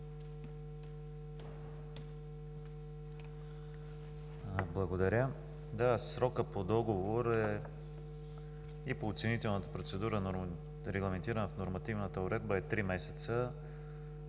Благодаря. Да, срокът по договор и по оценителната процедура, регламентирана в нормативната уредба, е три месеца.